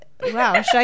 Wow